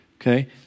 okay